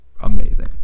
Amazing